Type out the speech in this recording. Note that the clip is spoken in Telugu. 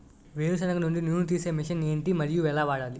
వేరు సెనగ నుండి నూనె నీ తీసే మెషిన్ ఏంటి? మరియు ఎలా వాడాలి?